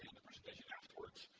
the presentation afterwards.